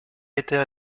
étaient